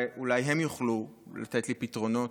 אולי הם יוכלו לתת לי פתרונות,